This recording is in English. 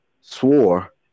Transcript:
swore